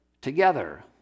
together